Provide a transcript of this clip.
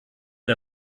der